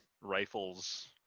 rifles